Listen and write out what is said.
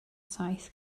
saith